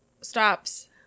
stops